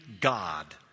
God